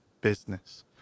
business